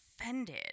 offended